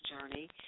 journey